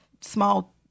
small